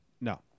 No